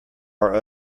are